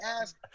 ask